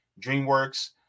DreamWorks